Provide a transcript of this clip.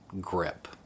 grip